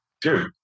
dude